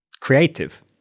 creative